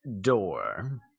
door